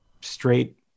straight